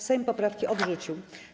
Sejm poprawki odrzucił.